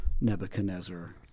Nebuchadnezzar